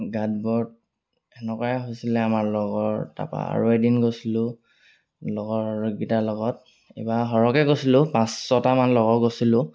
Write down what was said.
গাঁতবোৰত সেনেকুৱাই হৈছিলে আমাৰ লগৰ তাৰপৰা আৰু এদিন গৈছিলোঁ লগৰকেইটাৰ লগত এইবাৰ সৰহকৈ গৈছিলোঁ পাঁচ ছটামান লগৰ গৈছিলোঁ